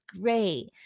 great